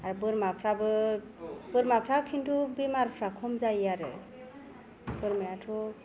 आरो बोरमाफ्राबो बोरमाफ्रा खिन्थु बेमारफ्रा खम जायो आरो बोरमायाथ'